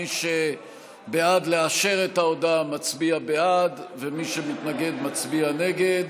מי שבעד לאשר את ההודעה מצביע בעד ומי שמתנגד מצביע נגד.